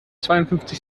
zweiundfünfzig